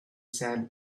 sand